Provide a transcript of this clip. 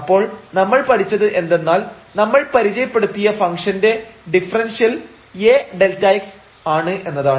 അപ്പോൾ നമ്മൾ പഠിച്ചത് എന്തെന്നാൽ നമ്മൾ പരിചയപ്പെടുത്തിയ ഫംഗ്ഷന്റെ ഡിഫറെൻഷ്യൽ A Δx ആണ് എന്നതാണ്